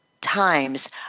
times